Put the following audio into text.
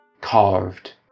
carved